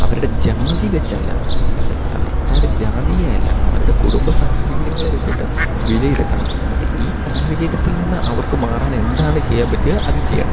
അവരുടെ ജാതി വെച്ചെല്ലാം സർ സർക്കാര് ജാതിയെ അല്ല അവരുടെ കുടുംബ സാഹചര്യങ്ങളെ വെച്ചിട്ട് വിലയിരുത്തണം എന്നിട്ട് ഈ സാഹചര്യത്തിൽ നിന്ന് അവർക്ക് മാറാൻ എന്താണ് ചെയ്യാൻ പറ്റുക അത് ചെയ്യണം